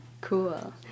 Cool